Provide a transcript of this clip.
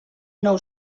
nou